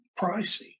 pricey